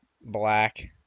black